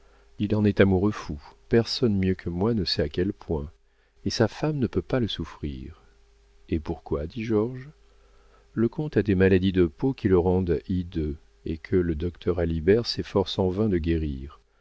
il en est amoureux fou personne mieux que moi ne sait à quel point et sa femme ne peut pas le souffrir et pourquoi dit georges le comte a des maladies de peau qui le rendent hideux et que le docteur alibert s'efforce en vain de guérir